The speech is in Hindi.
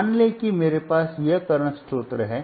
मान लें कि मेरे पास यह करंट स्रोत है